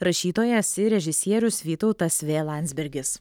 rašytojas ir režisierius vytautas v landsbergis